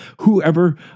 whoever